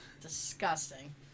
Disgusting